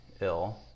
ill